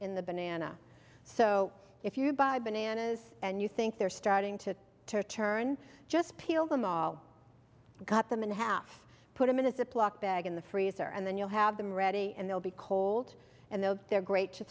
in the banana so if you buy bananas and you think they're starting to turn just peel them all got them in half put them in a ziploc bag in the freezer and then you'll have them ready and they'll be cold and though they're great to